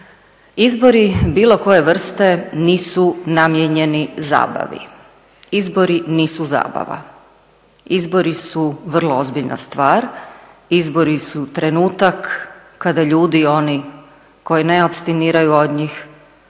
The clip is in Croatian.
Izbori bilo koje vrste nisu namijenjeni zabavi. Izbori nisu zabava. Izbori su vrlo ozbiljna stvar. Izbori su trenutak kada ljudi oni koji ne apstiniraju od njih